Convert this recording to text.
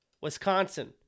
Wisconsin